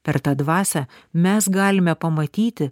per tą dvasią mes galime pamatyti